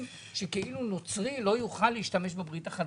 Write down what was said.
שכאילו נוצרי לא יוכל להשתמש בברית החדשה.